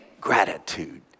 gratitude